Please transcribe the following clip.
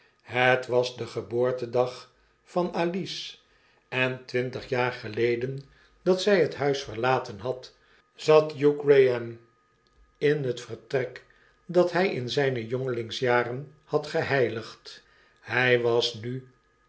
ht wasdegeboortedag van alice en twintig jaar geleden dat zij het huis verlaten had zat hugh graham in het vertrek dat zij in zijne jongelingsjaren had geheiligd hij was nu